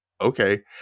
okay